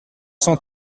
cent